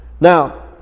Now